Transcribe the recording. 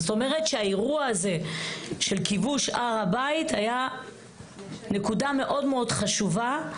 זאת אומרת שהאירוע הזה של כיבוש הר הבית היה נקודה מאוד חשובה.